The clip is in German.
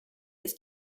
ist